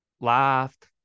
laughed